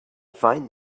find